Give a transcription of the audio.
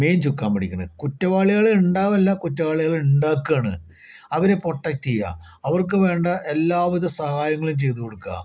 main ചുക്കാൻ പിടിക്കുന്നത് കുറ്റവാളികൾ ഉണ്ടാവുന്നതല്ല കുറ്റവാളികളെ ഉണ്ടാക്കുന്നതാണ് അവരെ പ്രൊട്ടക്റ്റ് ചെയ്യുക അവർക്ക് വേണ്ട എല്ലാ വിധ സഹായങ്ങളും ചെയ്തു കൊടുക്കുക